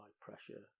pressure